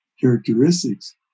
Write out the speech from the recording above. characteristics